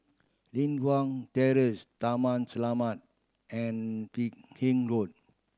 Li Hwan Terrace Taman Selamat and Fernhill Road